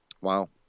Wow